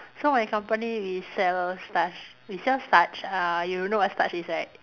so my company we sell starch we sell starch uh you know what starch is right